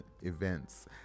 events